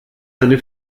seine